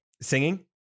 Singing